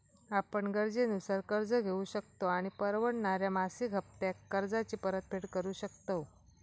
आपण गरजेनुसार कर्ज घेउ शकतव आणि परवडणाऱ्या मासिक हप्त्त्यांत कर्जाची परतफेड करु शकतव